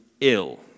ill